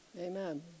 Amen